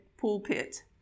pulpit